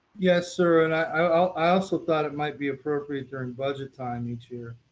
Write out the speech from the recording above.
yes, sir, and i also thought it might be appropriate during budget time each year.